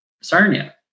sarnia